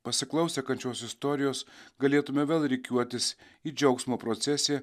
pasiklausę kančios istorijos galėtume vėl rikiuotis į džiaugsmo procesiją